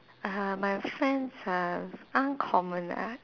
uh my friends are uncommon ah